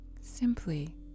simply